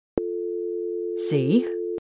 See